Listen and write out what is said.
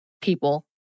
people